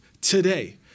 today